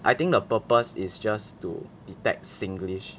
I think the purpose is just to detect singlish